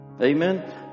Amen